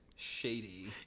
shady